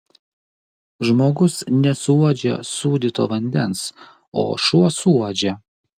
žmogus nesuuodžia sūdyto vandens o šuo suuodžia